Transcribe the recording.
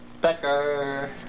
becker